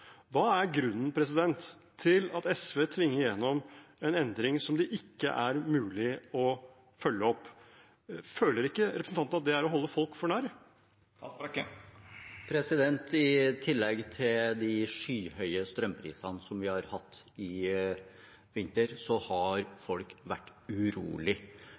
Hva er grunnen til at SV tvinger igjennom en endring som det ikke er mulig å følge opp? Føler ikke representanten Haltbrekken at det er å holde folk for narr? I tillegg til de skyhøye strømprisene vi har hatt i vinter, har folk vært